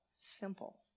simple